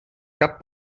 cap